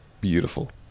beautiful